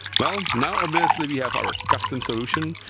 well, now obviously we have our custom solution,